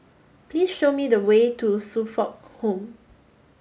please show me the way to Suffolk Home